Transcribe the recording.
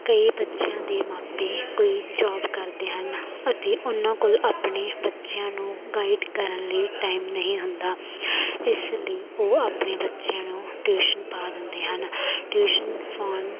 ਕਈ ਬੱਚਿਆਂ ਦੇ ਮਾਪੇ ਕੋਈ ਜੋਬ ਕਰਦੇ ਹਨ ਅਤੇ ਉਨ੍ਹਾਂ ਕੋਲ ਆਪਣੇ ਬੱਚਿਆਂ ਨੂੰ ਗਾਈਡ ਕਰਨ ਲਈ ਟਾਈਮ ਨਹੀਂ ਹੁੰਦਾ ਇਸ ਲਈ ਉਹ ਆਪਣੇ ਬੱਚਿਆਂ ਨੂੰ ਟਿਊਸ਼ਨ ਪਾ ਦਿੰਦੇ ਹਨ ਟਿਊਸ਼ਨ ਪਾਉਣ